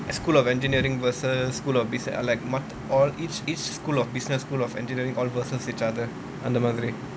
school of engineering versus school of business advertisement like or each each school of business school of engineering all versus each other அந்த மாதிரி:antha maathiri